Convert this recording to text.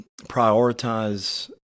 prioritize